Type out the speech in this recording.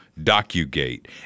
DocuGate